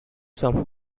some